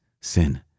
sin